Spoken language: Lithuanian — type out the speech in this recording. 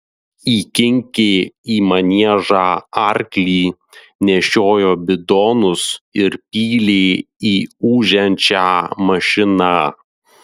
įkinkė į maniežą arklį nešiojo bidonus ir pylė į ūžiančią mašiną